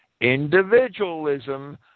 individualism